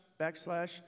backslash